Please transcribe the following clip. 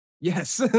Yes